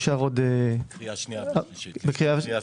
ממש לפני שנייה ושלישית.